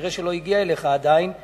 כנראה עדיין לא הגיעה אליך הבקשה,